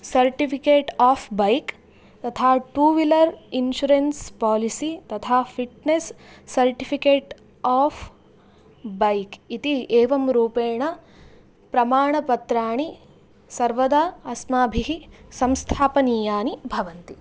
certificate of back तथा two wheeler insurance policy तथा fitness certificate of back इति एवं रूपेण प्रमाणपत्राणि सर्वदा अस्माभिः संस्थापनीयानि भवन्ति